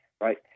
right